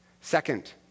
Second